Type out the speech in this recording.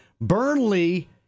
Burnley